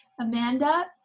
Amanda